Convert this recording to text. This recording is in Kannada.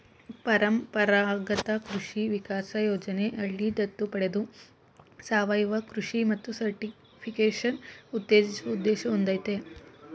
ಪರಂಪರಾಗತ ಕೃಷಿ ವಿಕಾಸ ಯೋಜನೆ ಹಳ್ಳಿ ದತ್ತು ಪಡೆದು ಸಾವಯವ ಕೃಷಿ ಮತ್ತು ಸರ್ಟಿಫಿಕೇಷನ್ ಉತ್ತೇಜಿಸುವ ಉದ್ದೇಶ ಹೊಂದಯ್ತೆ